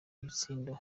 ibitsindo